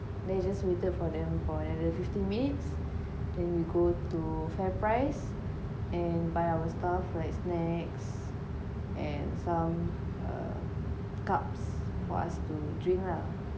then I just waited for them for another fifteen minutes then we go to FairPrice and buy our stuff like snacks and some err cups for us to drink lah